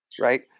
Right